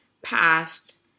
past